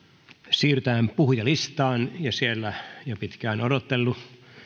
siirrytään puhujalistaan siellä on jo pitkään odotellut